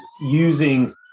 using